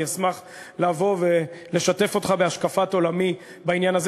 אני אשמח לבוא ולשתף אותך בהשקפת עולמי בעניין הזה.